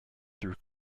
through